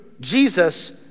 Jesus